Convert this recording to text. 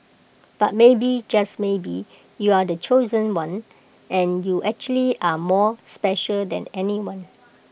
but maybe just maybe you're the chosen one and you actually are more special than everyone